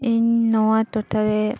ᱤᱧ ᱱᱚᱣᱟ ᱴᱚᱴᱷᱟ ᱨᱮ